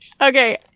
Okay